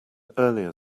earlier